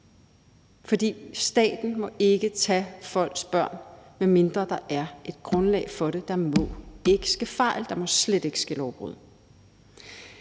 for staten må ikke tage folks børn, medmindre der er et grundlag for det. Der må ikke ske fejl, og der må slet ikke sket lovbrud.